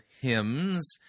hymns